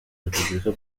repubulika